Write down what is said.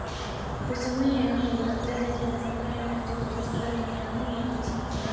ಕುಸುಮೆ ಎಣ್ಣೆಯು ರಕ್ತದಲ್ಲಿನ ಸಕ್ಕರೆ ಮತ್ತು ಕೊಲೆಸ್ಟ್ರಾಲ್ ಮಟ್ಟವನ್ನು ನಿಯಂತ್ರಿಸುತ್ತದ